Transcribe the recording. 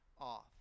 off